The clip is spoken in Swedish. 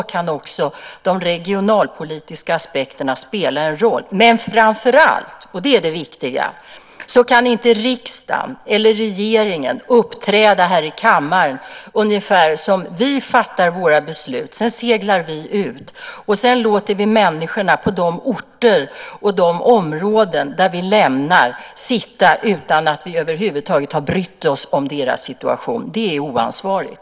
Då kan också de regionalpolitiska aspekterna spela en roll. Men det viktiga är att vi som sitter i riksdagen eller regeringen inte kan uppträda här i kammaren, fatta våra beslut, segla ut och låta människorna på de orter och i de områden det handlar om sitta där utan att vi över huvud taget har brytt oss om deras situation. Det är oansvarigt.